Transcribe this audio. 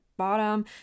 Bottom